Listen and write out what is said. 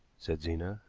said zena.